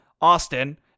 Austin